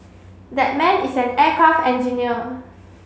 that man is an aircraft engineer